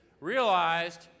realized